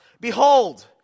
Behold